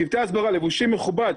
צוותי הסברה, לבושים מכובד,